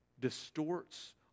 distorts